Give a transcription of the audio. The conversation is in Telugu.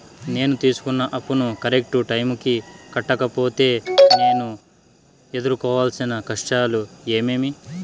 నేను తీసుకున్న అప్పును కరెక్టు టైముకి కట్టకపోతే నేను ఎదురుకోవాల్సిన కష్టాలు ఏమీమి?